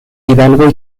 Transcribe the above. hidalgo